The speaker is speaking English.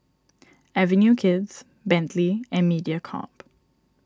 Avenue Kids Bentley and Mediacorp